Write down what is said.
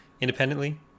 independently